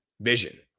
Vision